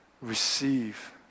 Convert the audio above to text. receive